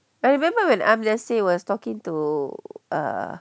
I remember when M nasir was talking to a